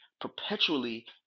perpetually